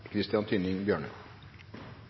Christian Tynning Bjørnø